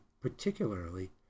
particularly